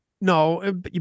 No